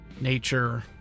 nature